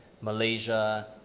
Malaysia